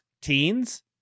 teens